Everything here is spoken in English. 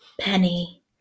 Penny